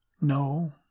no